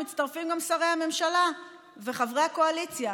מצטרפים שרי הממשלה וחברי הקואליציה.